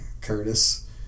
Curtis